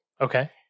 Okay